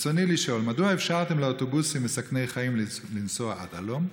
רצוני לשאול: 1. מדוע אפשרתם לאוטובוסים מסכני חיים לנסוע עד הלום?